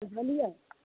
बुझलियै